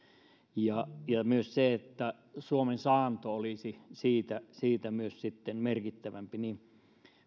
ja ja myös että suomen saanto siitä siitä olisi merkittävämpi niin että